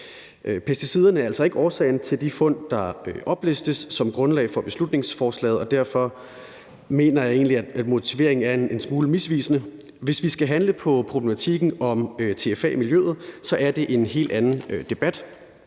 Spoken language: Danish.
Pesticiderne er altså ikke årsagen til de fund, der oplistes som grundlag for beslutningsforslaget, og derfor mener jeg egentlig, at begrundelsen er en smule misvisende. Hvis vi skal handle på problematikken om TFA i miljøet, er det en helt anden debat.